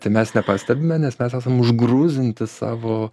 tai mes nepastebime nes mes esam užgrūzinti savo